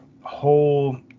whole